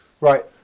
Right